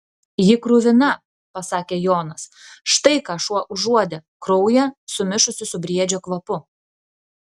ji kruvina pasakė jonas štai ką šuo užuodė kraują sumišusį su briedžio kvapu